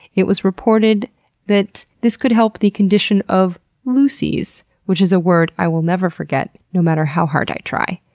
it was reported that this could help the condition of looseys, which is a word i will never forget no matter how hard i try.